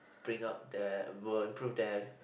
bring up the will improve their